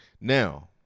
Now